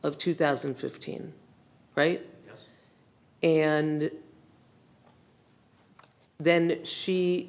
of two thousand and fifteen right and then she